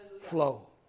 flow